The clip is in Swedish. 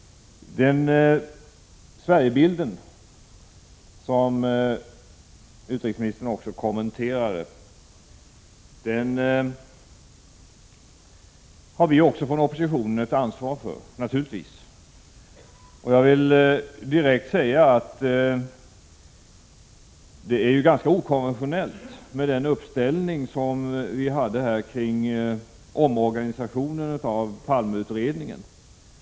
Sverigebilden, som också utrikesministern kommenterade, har även vi från oppositionen naturligtvis ett ansvar för. Jag vill direkt säga att det var en ganska okonventionell uppställning som skedde i samband med omorganisationen av Palme-utredningen.